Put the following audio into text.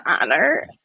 honor